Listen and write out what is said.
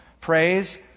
Praise